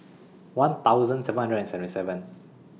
one thousand seven hundred and seventy seven